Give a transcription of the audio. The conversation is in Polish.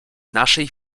naszej